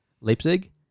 Leipzig